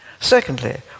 Secondly